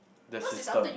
the system